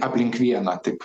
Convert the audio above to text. aplink vieną taip